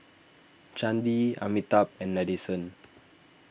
Chandi Amitabh and Nadesan